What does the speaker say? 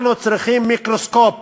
אנחנו צריכים מיקרוסקופ,